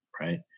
right